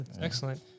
excellent